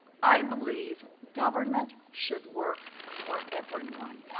i believe government should work for everyone. and